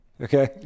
Okay